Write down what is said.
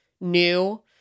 new